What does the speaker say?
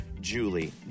Julie